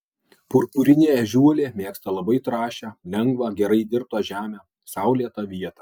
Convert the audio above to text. purpurinė ežiuolė mėgsta labai trąšią lengvą gerai įdirbtą žemę saulėtą vietą